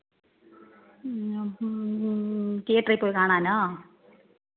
തിയേറ്ററിൽപ്പോയി കാണാനോ